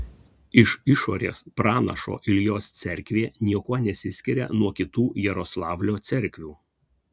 iš išorės pranašo iljos cerkvė niekuo nesiskiria nuo kitų jaroslavlio cerkvių